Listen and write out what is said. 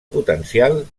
potencial